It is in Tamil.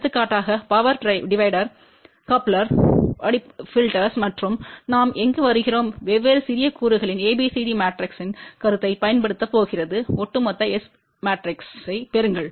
எடுத்துக்காட்டாக பவர் டிவைடர்கள் கப்ளர்கள் வடிப்பான்கள் மற்றும் நாம் எங்கு இருக்கிறோம் வெவ்வேறு சிறிய கூறுகளின் ABCD மெட்ரிக்ஸின் கருத்தைப் பயன்படுத்தப் போகிறது ஒட்டுமொத்த S மேட்ரிக்ஸைப் பெறுங்கள்